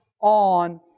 on